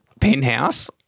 penthouse